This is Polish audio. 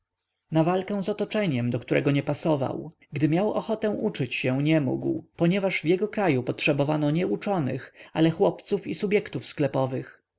na walkę z otoczeniem do którego nie pasował gdy miał ochotę uczyć się nie mógł ponieważ w jego kraju potrzebowano nie uczonych ale chłopców i subjektów sklepowych